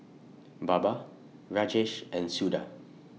Baba Rajesh and Suda